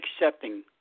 accepting